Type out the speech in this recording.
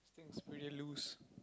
thing's pretty loose